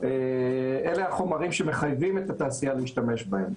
אלה החומרים שמחייבים את התעשייה להשתמש בהם.